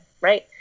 right